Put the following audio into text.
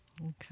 Okay